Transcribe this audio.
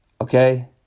Okay